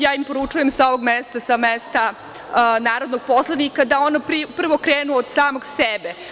Ja im poručujem sa ovog mesta, sa mesta narodnog poslanika, da krenu prvo od samih sebe.